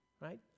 Right